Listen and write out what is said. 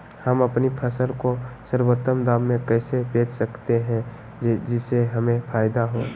हम अपनी फसल को सर्वोत्तम दाम में कैसे बेच सकते हैं जिससे हमें फायदा हो?